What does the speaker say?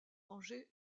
ranger